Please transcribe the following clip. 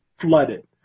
flooded